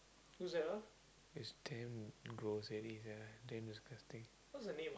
it's damn gross really sia damn disgusting